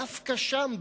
דווקא שם,